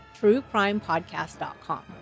truecrimepodcast.com